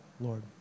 Lord